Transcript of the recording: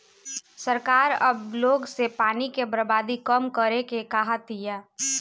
सरकार अब लोग से पानी के बर्बादी कम करे के कहा तिया